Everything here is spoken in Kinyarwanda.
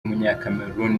w’umunyakameruni